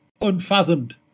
unfathomed